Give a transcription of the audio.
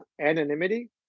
anonymity